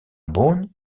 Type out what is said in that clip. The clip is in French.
bonn